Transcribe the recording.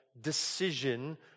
decision